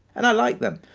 and i like them.